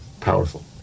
powerful